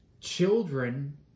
Children